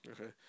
Okay